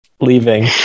leaving